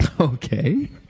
Okay